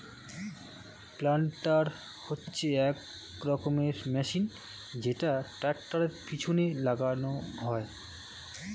planter হচ্ছে এক রকমের মেশিন যেটা ট্র্যাক্টরের পেছনে লাগানো হয়